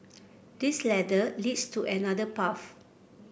this ladder leads to another path